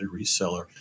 reseller